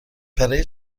برای